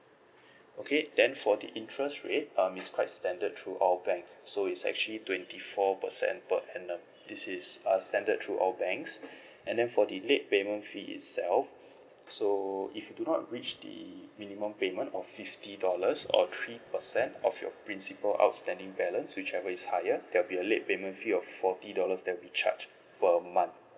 okay then for the interest rate um it's quite standard through all bank so it's actually twenty four percent per annum this is uh standard through all banks and then for the late payment fee itself so if you do not reach the minimum payment of fifty dollars or three percent of your principal outstanding balance whichever is higher there'll be a late payment fee of forty dollars that will be charged per month